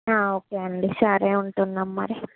okay అండి సరే ఉంటున్నాము మరి